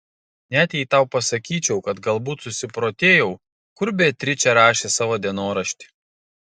net jei tau pasakyčiau kad galbūt susiprotėjau kur beatričė rašė savo dienoraštį